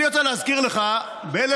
אני רוצה להזכיר לך שב-1980